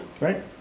Right